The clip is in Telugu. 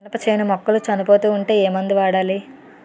మినప చేను మొక్కలు చనిపోతూ ఉంటే ఏమందు వాడాలి?